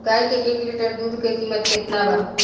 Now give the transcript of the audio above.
गाय के एक लीटर दुध के कीमत केतना बा?